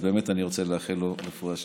אז באמת אני רוצה לאחל לו רפואה שלמה.